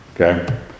okay